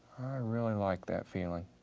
really like that feeling.